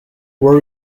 were